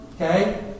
Okay